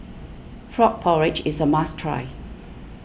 Frog Porridge is a must try